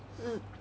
mm